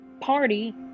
party